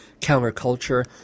counterculture